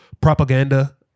propaganda